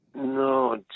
No